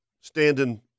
standing